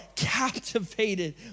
captivated